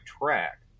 track